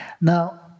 Now